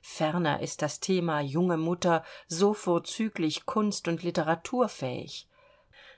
ferner ist das thema junge mutter so vorzüglich kunst und litteraturfähig